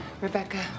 Rebecca